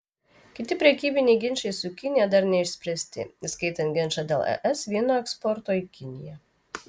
kiti prekybiniai ginčai su kinija dar neišspręsti įskaitant ginčą dėl es vyno eksporto į kiniją